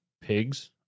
pigs